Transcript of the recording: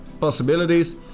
possibilities